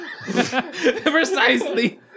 precisely